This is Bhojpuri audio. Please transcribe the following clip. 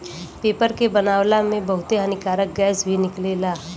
पेपर के बनावला में बहुते हानिकारक गैस भी निकलेला